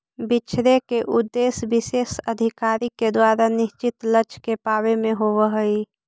बिछड़े के उद्देश्य विशेष अधिकारी के द्वारा निश्चित लक्ष्य के पावे में होवऽ हई